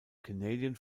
canadian